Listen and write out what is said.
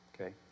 Okay